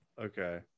Okay